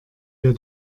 wir